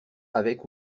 avec